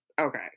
okay